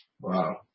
Wow